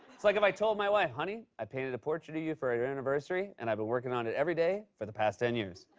it's like if i told my wife, honey, i painted a portrait of you for our anniversary, and i've been working on it every day for the past ten years.